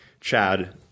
Chad